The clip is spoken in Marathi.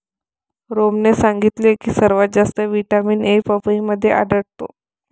रामने सांगितले की सर्वात जास्त व्हिटॅमिन ए पपईमध्ये आढळतो